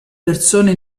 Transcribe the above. persone